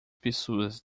pessoas